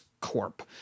Corp